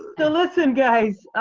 so, listen, guys.